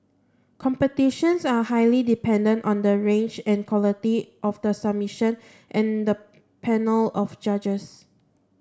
competitions are highly dependent on the range and quality of the submissions and the panel of judges